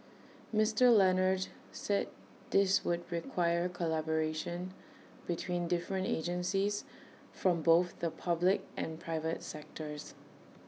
Mister Leonard said this would require collaboration between different agencies from both the public and private sectors